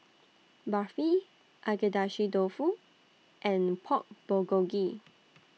Barfi Agedashi Dofu and Pork Bulgogi